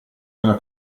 nella